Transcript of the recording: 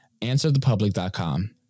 answerthepublic.com